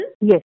Yes